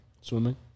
Swimming